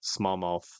smallmouth